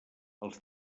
els